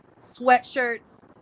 sweatshirts